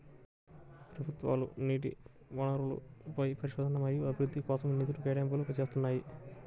ప్రభుత్వాలు నీటి వనరులపై పరిశోధన మరియు అభివృద్ధి కోసం నిధుల కేటాయింపులు చేస్తున్నాయి